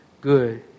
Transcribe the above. good